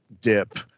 dip